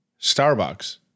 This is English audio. Starbucks